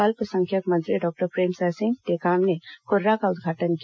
अल्पसंख्यक मंत्री डॉक्टर प्रेमसाय सिंह टेकाम ने कर्राह का उदघाटन किया